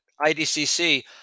IDCC